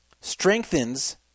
strengthens